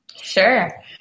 Sure